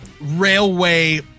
railway